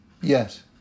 Yes